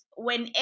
Whenever